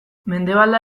mendebaldea